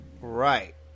Right